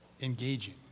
engaging